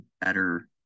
better